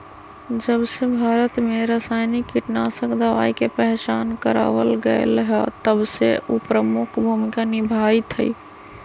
जबसे भारत में रसायनिक कीटनाशक दवाई के पहचान करावल गएल है तबसे उ प्रमुख भूमिका निभाई थई